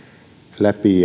läpi